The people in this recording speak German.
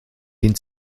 den